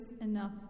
enough